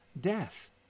death